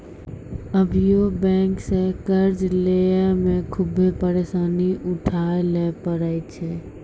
अभियो बेंक से कर्जा लेय मे खुभे परेसानी उठाय ले परै छै